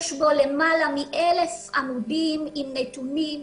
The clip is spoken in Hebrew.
יש בו למעלה מ-1,000 עמודים עם נתונים,